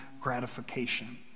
gratification